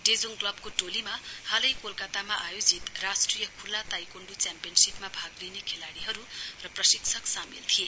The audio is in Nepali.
डोजाङ क्लबको टोलीमा हालै कोलकातामा आयोजित राष्ट्रिय खुल्ला ताइकोण्डु च्याम्पियनशीपमा भाग लिने खेलाड़ीहरु र प्रशिक्षक सामेल थिए